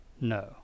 no